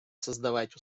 создавать